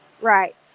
Right